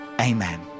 Amen